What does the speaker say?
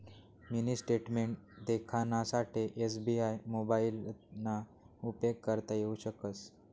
mini statement देखानासाठे SBI मोबाइलना उपेग करता येऊ शकस